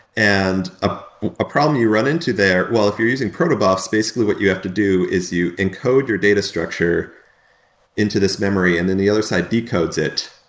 and ah a problem you run into their well, if you're using proto buffs, basically what you have to do is you encode your data structure into this memory and then the other side decodes it.